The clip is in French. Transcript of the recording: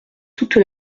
toute